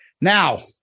Now